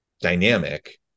dynamic